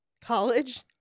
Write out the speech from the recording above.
College